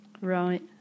Right